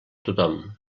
tothom